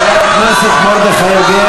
חבר הכנסת מרדכי יוגב,